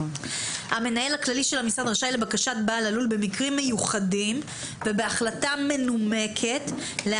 - במקרים מיוחדים ובהחלטה מנומקת בכתב,